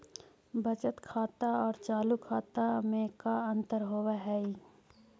बचत खाता और चालु खाता में का अंतर होव हइ?